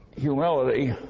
humility